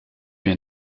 mir